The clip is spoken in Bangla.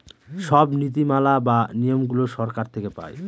সব নীতি মালা বা নিয়মগুলো সরকার থেকে পায়